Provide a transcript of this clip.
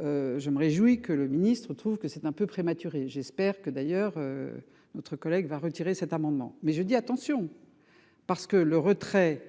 Je me réjouis que le ministre trouve que c'est un peu prématuré. J'espère que, d'ailleurs. Notre collègue va retirer cet amendement mais je dis attention. Parce que le retrait.